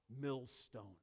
millstone